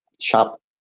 shop